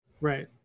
Right